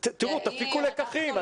תפיקו לקחים.